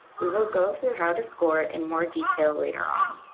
we will go through how to score in more detail later on.